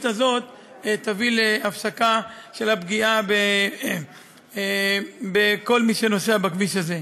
הזאת יביאו להפסקת הפגיעה בכל מי שנוסע בכביש הזה.